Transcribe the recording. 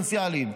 פוטנציאליים.